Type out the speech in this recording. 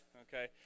okay